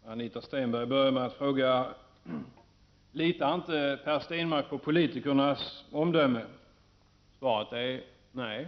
Herr talman! Anita Stenberg började med att fråga: Litar inte Per Stenmarck på politikernas omdöme? Svaret är: Nej,